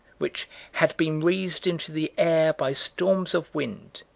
which had been raised into the air by storms of wind,